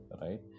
right